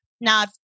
Now